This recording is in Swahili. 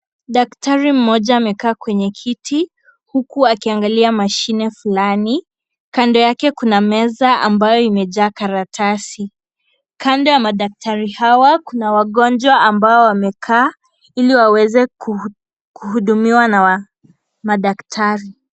Daktari mmoja amekaa kwenye kiti, huku akiangalia mashine fulani, kando yake kuna meza ambayo imejaa karatasi, kando ya madaktari hawa kuna wagonjwa ambao wamekaa, ili waweze kuhu, kuhudumiwa na wa, madaktari.